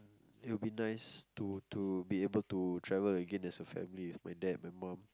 it'll be nice to to be able to travel again as a family with my dad and mum